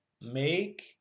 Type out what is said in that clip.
make